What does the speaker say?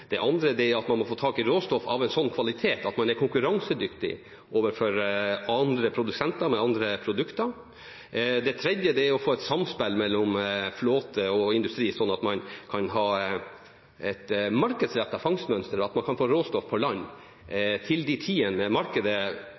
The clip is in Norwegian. Det andre er at man må få tak i råstoff av en sånn kvalitet at man er konkurransedyktig overfor andre produsenter med andre produkter. Det tredje er å få et samspill mellom flåte og industri, sånn at man kan ha et markedsrettet fangstmønster – at man kan få råstoff på land til de tidene markedet vil ha det. Det er jo sånn med